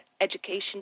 education